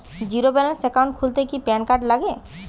Zero balance account খুলতে কি PAN card লাগে?